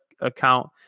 account